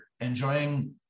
enjoying